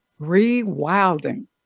rewilding